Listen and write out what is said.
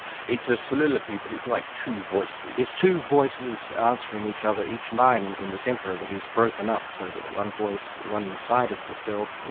it's a soliloquy but it's like two voices. it's two voices answering each other. each line in the centre of it is broken up so that one voice, one side of the self,